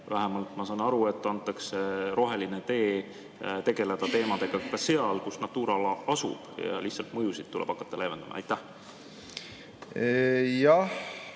Vähemalt ma saan aru, et antakse roheline tee tegeleda teemadega ka seal, kus Natura ala asub, ja lihtsalt mõjusid tuleb hakata leevendama. Aitäh,